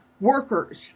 workers